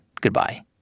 goodbye